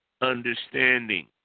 understanding